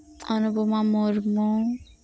Anupama Murmu